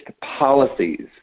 policies